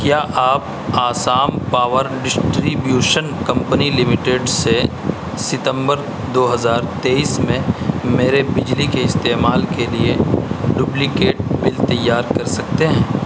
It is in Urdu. کیا آپ Assam power distribution company limited سے ستمبر دو ہزار تیئیس میں میرے بجلی کے استعمال کے لیے ڈبلیکیٹ بل تیار کر سکتے ہیں